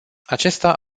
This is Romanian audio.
acesta